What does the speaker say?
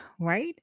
Right